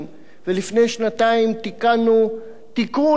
ולפני שנתיים תיקנו תיקון לחוק,